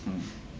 mm